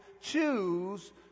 Choose